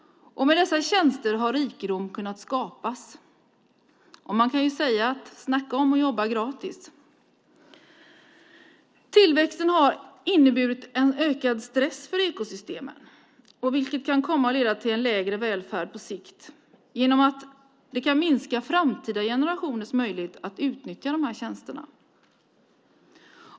Med dessa tjänster har rikedom kunnat skapas. Snacka om att jobba gratis! Tillväxten har inneburit en ökad stress för ekosystemen, vilket kan komma att leda till en lägre välfärd på sikt. Det kan minska framtida generationers möjlighet att utnyttja de tjänsterna.